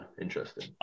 Interesting